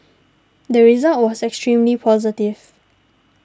the result was extremely positive